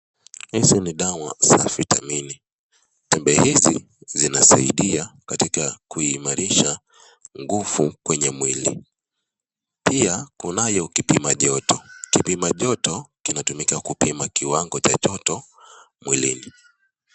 Hizi ni dawa za vitamini, tembe hizi zinasaidia katika kuimarisha nguvu kwenye mwili pia kunayo kipimajoto, kipimajoto kinatumika kupima kiwango cha joto mwilini.